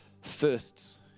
firsts